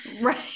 Right